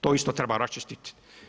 To isto treba raščistiti.